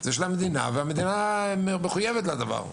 זה של המדינה והיא מחויבת לדבר.